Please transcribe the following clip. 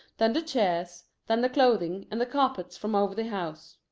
then the chairs, then the clothing, and the carpets from over the house.